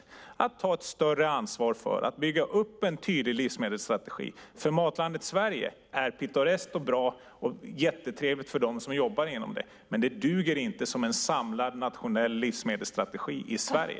Det är dags att ta ett större ansvar för att bygga upp en tydlig livsmedelsstrategi. Matlandet Sverige är pittoreskt och bra och jättetrevligt för dem som jobbar inom det. Men det duger inte som en samlad nationell livsmedelsstrategi i Sverige.